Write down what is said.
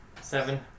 Seven